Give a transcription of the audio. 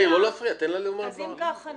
אם כך,